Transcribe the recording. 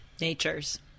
natures